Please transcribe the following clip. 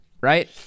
Right